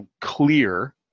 clear